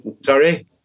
Sorry